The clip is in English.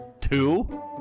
Two